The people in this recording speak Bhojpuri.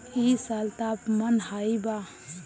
इ साल तापमान हाई बा